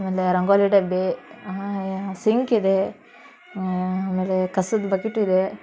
ಆಮೇಲೆ ರಂಗೋಲಿ ಡಬ್ಬ ಸಿಂಕಿದೆ ಆಮೇಲೆ ಕಸದ ಬಕಿಟು ಇದೆ